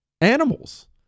animals